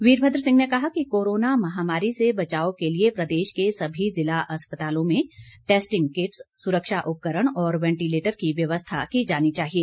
वीरभद्र सिंह ने कहा कि कोरोना महामारी से बचाव के लिए प्रदेश के सभी जिला अस्पतालों में टैस्टिंग किट्स सुरक्षा उपकरण और वेंटीलेटर की व्यवस्था की जानी चाहिए